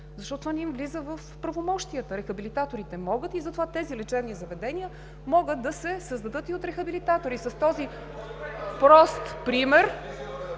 защото това не им влиза в правомощията. Рехабилитаторите могат и затова тези лечебни заведения могат да се създадат и от рехабилитатори. ГЕОРГИ ЙОРДАНОВ